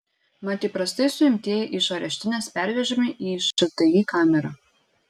mat įprastai suimtieji iš areštinės pervežami į šti kamerą